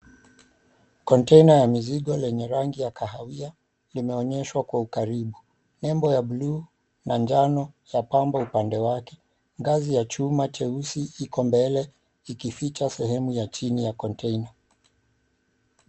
Konteina ya mizigo lenye rangi ya kahawia limeonyeshwa kwa ukaribu nembo ya buluu na njano ya pambo upande wake. Ngazi ya chuma cheusi iko mbele ikificha sehemu ya chini ya konteina.